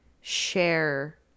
share